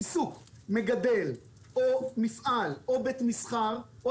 עיסוק זה מגדל או מפעל או בית מסחר או